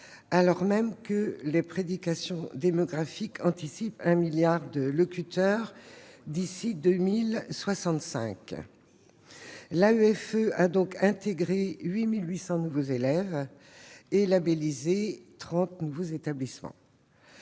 alors même que les prédictions démographiques anticipent un milliard de locuteurs d'ici à 2065. L'AEFE a donc intégré 8 800 nouveaux élèves et labellisé 30 nouveaux établissements.